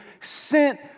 sent